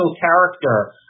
character